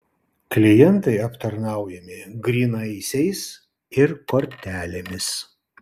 klientai aptarnaujami grynaisiais ir kortelėmis